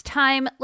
time